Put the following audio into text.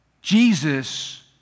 Jesus